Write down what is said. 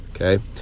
okay